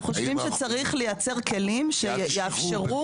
אנחנו חושבים שצריך לייצר כלים שיאפשרו --- אל תשכחו,